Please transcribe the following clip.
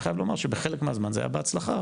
בחלק מהזמן זה היה בהצלחה.